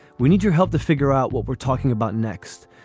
we need your help to figure out what we're talking about next.